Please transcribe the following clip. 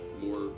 more